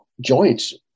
joints